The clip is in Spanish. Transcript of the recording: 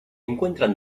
encuentran